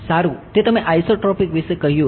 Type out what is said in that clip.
સારું તે તમે આઇસોટ્રોપિક વિશે કહ્યું હતું